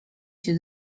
się